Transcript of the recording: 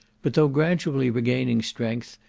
but though gradually regaining strength,